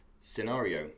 scenario